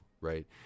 right